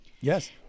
Yes